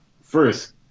first